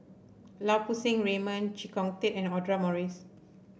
Lau Poo Seng Raymond Chee Kong Tet and Audra Morrice